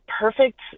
perfect